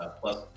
Plus